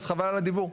אז חבל על הדיבור.